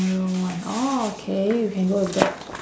scenario one orh okay we can go with that